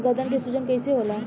गर्दन के सूजन कईसे होला?